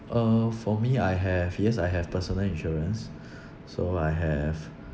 uh for me I have yes I have personal insurance so I have